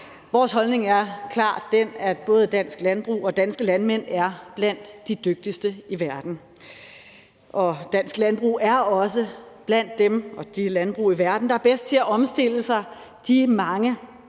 Vores holdning er klart den, at både dansk landbrug og danske landmænd er blandt de dygtigste i verden. Og dansk landbrug er også blandt de landbrug i verden, der er bedst til at omstille sig de mange mere